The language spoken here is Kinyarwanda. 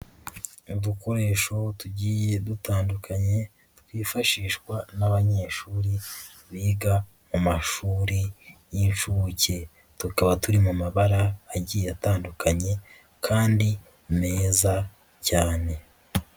Udukoresho tugiye dutandukanye twifashishwa n'abanyeshuri biga mu mashuri y'inshuke tukaba turi mu mabara agiye atandukanye kandi meza cyane.